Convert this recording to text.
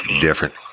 different